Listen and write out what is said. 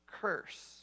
curse